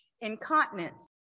Incontinence